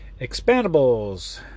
Expandables